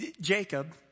Jacob